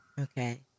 Okay